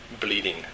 bleeding